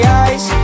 eyes